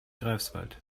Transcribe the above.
greifswald